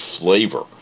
flavor